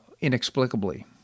inexplicably